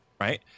right